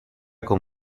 con